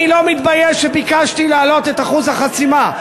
אני לא מתבייש בכך שביקשתי להעלות את אחוז החסימה.